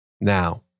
Now